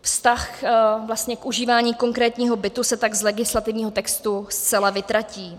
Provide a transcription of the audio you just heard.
Vztah vlastně k užívání konkrétního bytu se tak z legislativního textu zcela vytratí.